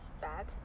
bad